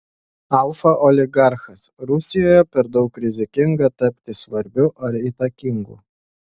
alfa oligarchas rusijoje per daug rizikinga tapti svarbiu ar įtakingu